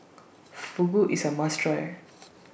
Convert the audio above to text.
Fugu IS A must Try